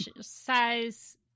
size